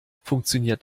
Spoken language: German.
funktioniert